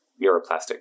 neuroplastic